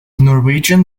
norwegian